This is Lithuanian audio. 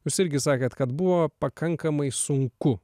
jūs irgi sakėt kad buvo pakankamai sunku